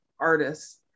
artists